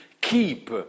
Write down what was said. keep